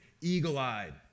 Eagle-eyed